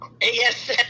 Yes